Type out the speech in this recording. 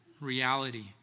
reality